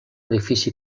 edifici